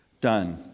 done